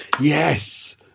Yes